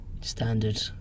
Standard